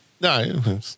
No